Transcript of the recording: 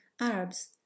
Arabs